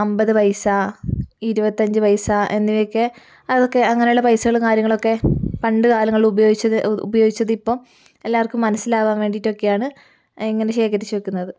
അൻപത് പൈസ ഇരുപത്തിയഞ്ച് പൈസ എന്നിവയൊക്കെ അതൊക്കെ അങ്ങനെയുള്ള പൈസകളും കാര്യങ്ങളുമൊക്കെ പണ്ട് കാലങ്ങളിൽ ഉപയോഗിച്ചത് ഉപയോഗിച്ചത് ഇപ്പം എല്ലാവർക്കും മനസ്സിലാവാൻ വേണ്ടിയിട്ട് ഒക്കെയാണ് ഇങ്ങനെ ശേഖരിച്ച് വെക്കുന്നത്